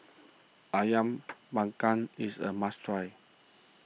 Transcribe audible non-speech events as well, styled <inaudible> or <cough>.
Ayam <noise> Panggang is a must try